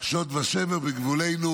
שוד ושבר בגבולנו.